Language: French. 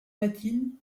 latine